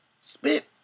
Spit